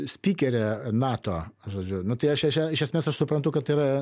spykerę nato žodžiu nu tai aš ją iš esmės aš suprantu kad tai yra